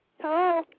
Hello